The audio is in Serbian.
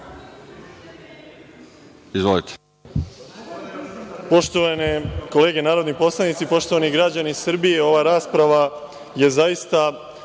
Izvolite.